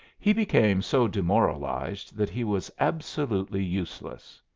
he became so demoralized that he was absolutely useless.